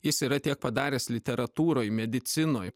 jis yra tiek padaręs literatūroj medicinoj